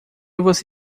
você